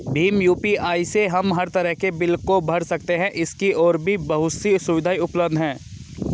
Bhim UPI से हम हर तरह के बिल को भर सकते है, इसकी और भी बहुत सी सुविधाएं उपलब्ध है